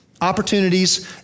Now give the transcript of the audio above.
opportunities